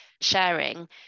sharing